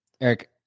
Eric